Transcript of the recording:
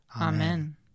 Amen